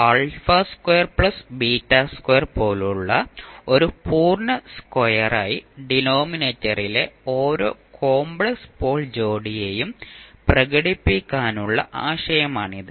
s α2 β2 പോലുള്ള ഒരു പൂർണ്ണ സ്ക്വയറായി ഡിനോമിനേറ്ററിലെ ഓരോ കോമ്പ്ലെക്സ് പോൾ ജോഡികളെയും പ്രകടിപ്പിക്കാനുള്ള ആശയമാണിത്